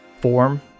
form